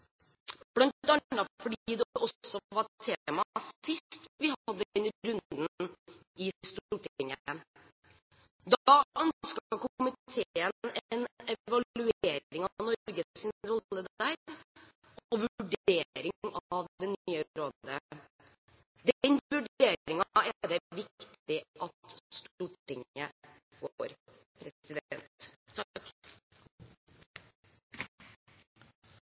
fordi det også var tema sist vi hadde denne runden i Stortinget. Da ønsket komiteen en evaluering av Norges rolle der og en vurdering av det nye rådet. Den vurderingen er det viktig at Stortinget får.